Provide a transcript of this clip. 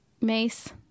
Mace